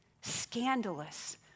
scandalous